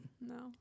No